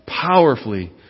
powerfully